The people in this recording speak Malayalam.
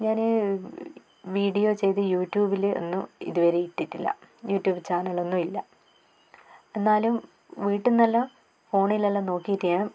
ഞാൻ വീഡിയോ ചെയ്ത് യൂട്യൂബിൽ ഒന്നും ഇതുവരെ ഇട്ടിട്ടില്ല യൂട്യൂബ് ചാനൽ ഒന്നുമില്ല എന്നാലും വീട്ടിൽ നിന്നെല്ലാം ഫോണിലെല്ലാം നോക്കിയിട്ട് ഞാൻ